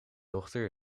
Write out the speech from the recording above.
dochter